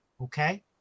Okay